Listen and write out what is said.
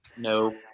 No